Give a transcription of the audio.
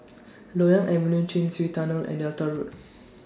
Loyang Avenue Chin Swee Tunnel and Delta Road